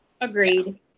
Agreed